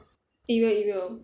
it will it will